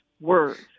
words